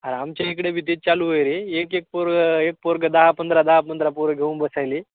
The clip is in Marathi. अरे आमच्या इकडेही तेच चालू आहे रे एक एक पोरगं एक पोरगं दहा पंधरा दहा पंधरा पोर घेऊन बसायली